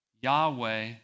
Yahweh